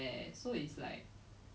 movies are modeled after like